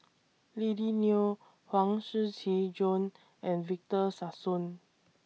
Lily Neo Huang Shiqi Joan and Victor Sassoon